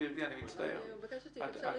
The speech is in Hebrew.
אני מבקשת לשאול.